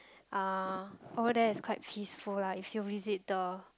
uh over there is quite peaceful lah if you visit the